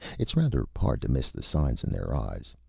it's rather hard to miss the signs in their eyes.